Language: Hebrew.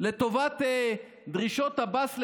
לטובת דרישות עבאס למיניהן.